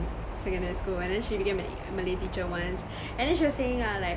secondary school and then she became a malay teacher once and then she was saying ah like